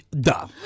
duh